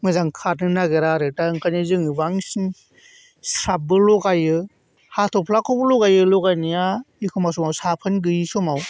मोजां खारनो नागिरा आरो दा ओंखायनो जों बांसिन स्राबबो लगायो हथ'फ्लाखौबो लगायो लगायनाया एखनबा समाव साबोन गैयै समाव